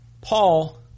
Paul